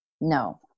No